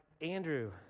Andrew